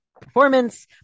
performance